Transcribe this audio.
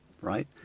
right